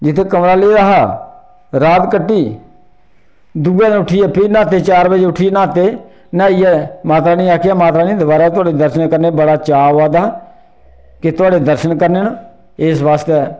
जित्थे कमरा लेआ हा रात कट्टी दुए दिन उट्ठियै फ्ही न्हाते चार बजे उट्ठियै न्हाते न्हाइयै माता रानी गी आखेआ माता रानी दबारा थुआढ़े दर्शन करने दा चाऽ आवा दा कि थुआढ़े दर्शन करने न इस बास्तै